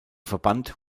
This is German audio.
verband